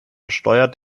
steuert